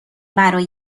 برای